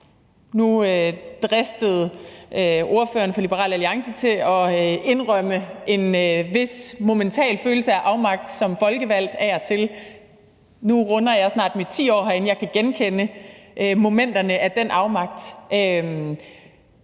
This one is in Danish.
Nu dristede ordføreren for Liberal Alliance sig til at indrømme en vis momentan følelse af afmagt som folkevalgt af og til. Nu runder jeg snart mit tiende år herinde, og jeg kan genkende momenter af den afmagt.